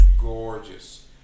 gorgeous